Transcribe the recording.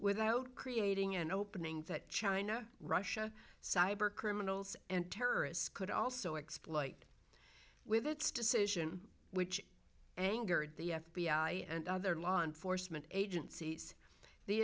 without creating an opening that china russia cyber criminals and terrorists could also exploit with its decision which angered the f b i and other law enforcement agencies the